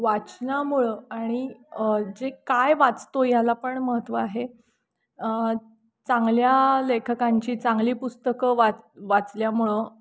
वाचनामुळं आणि जे काय वाचतो याला पण महत्त्व आहे चांगल्या लेखकांची चांगली पुस्तकं वाच वाचल्यामुळं